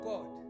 God